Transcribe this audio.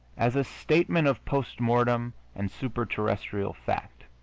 as a statement of post-mortem and super-terrestrial fact,